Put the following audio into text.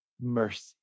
mercy